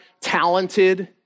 talented